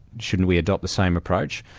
shouldn't we adopt the same approach?